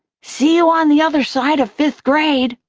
see you on the other side of fifth grade!